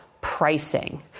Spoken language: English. pricing